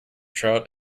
trout